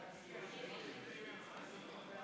ההסתייגות (5) של חבר הכנסת מיקי לוי